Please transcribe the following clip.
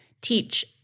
teach